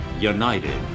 united